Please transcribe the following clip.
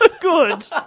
good